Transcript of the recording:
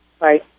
Right